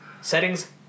Settings